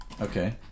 Okay